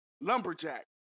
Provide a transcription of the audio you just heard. Lumberjack